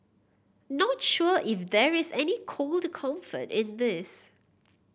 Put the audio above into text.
not sure if there is any cold comfort in this